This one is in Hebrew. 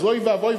אז אוי ואבוי,